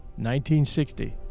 1960